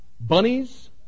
bunnies